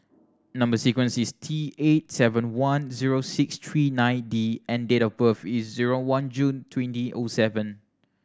number sequence is T eight seven one zero six three nine D and date of birth is zero one June twenty O seven